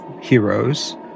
heroes